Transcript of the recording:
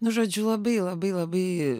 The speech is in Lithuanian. nu žodžiu labai labai labai